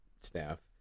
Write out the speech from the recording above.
staff